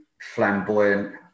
flamboyant